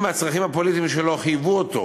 אם הצרכים הפוליטיים שלו חייבו אותו